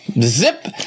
Zip